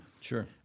Sure